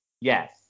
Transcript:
Yes